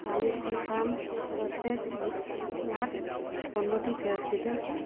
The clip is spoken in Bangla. আমি টুফাম রোস্টেড মিক্সড নাটস পণ্যটি ফেরত দিতে চাই